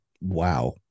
wow